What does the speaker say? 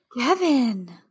Kevin